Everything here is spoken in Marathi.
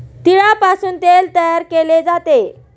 तिळापासून तेल तयार केले जाते